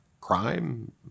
crime